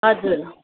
हजुर